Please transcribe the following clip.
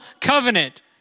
covenant